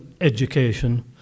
education